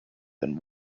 than